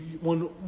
one